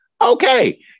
Okay